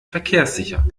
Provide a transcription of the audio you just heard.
verkehrssicher